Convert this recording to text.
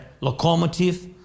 locomotive